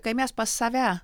kai mes pas save